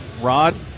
Rod